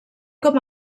com